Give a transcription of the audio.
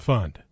Fund